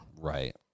Right